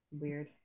Weird